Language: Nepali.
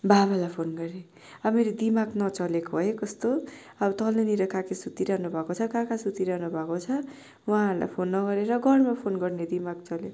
बाबालाई फोन गरेँ अब मेरो दिमाग नचलेको है कस्तो अब तलनिर काकी सुतिरहनुभएको छ काका सुतिरहनुभएको छ उहाँहरूलाई फोन नगरेर घरमा फोन गर्ने दिमाग चल्यो